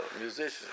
musicians